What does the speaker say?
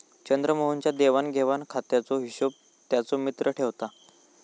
चंद्रमोहन च्या देवाण घेवाण खात्याचो हिशोब त्याचो मित्र ठेवता